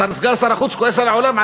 סגן שר החוץ כועס על העולם,